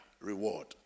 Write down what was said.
reward